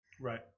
right